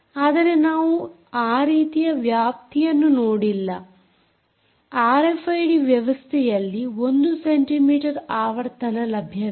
ಆದರೆ ನಾವು ಆ ರೀತಿಯ ವ್ಯಾಪ್ತಿಯನ್ನು ನೋಡಿಲ್ಲ ಆರ್ಎಫ್ಐಡಿ ವ್ಯವಸ್ಥೆಯಲ್ಲಿ 1 ಸೆಂಟಿ ಮೀಟರ್ ಆವರ್ತನ ಲಭ್ಯವಿದೆ